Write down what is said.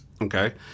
Okay